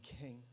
king